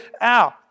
out